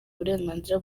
uburenganzira